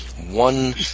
one